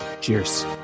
cheers